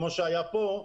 כפי שהיה פה,